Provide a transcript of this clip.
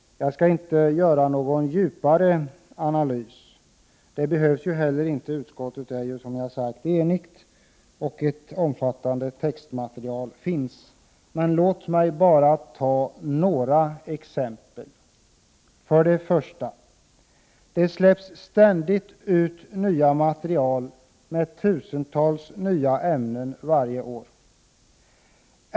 Jag skall inte göra någon djupare analys. Det behövs ju inte heller. Utskottet är som sagt enigt, och ett omfattande textmaterial finns. Men låt mig bara ta några exempel. För det första släpps det ständigt ut nya material med tusentals nya ämnen varje år.